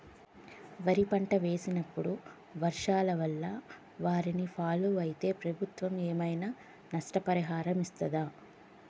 వరి పంట వేసినప్పుడు వర్షాల వల్ల వారిని ఫాలో అయితే ప్రభుత్వం ఏమైనా నష్టపరిహారం ఇస్తదా?